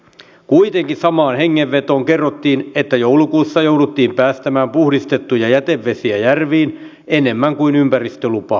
kuitenkin samaan hengenvetoon kerrottiin että joulukuussa jouduttiin päästämään puhdistettuja jätevesiä järviin enemmän kuin ympäristölupa sallii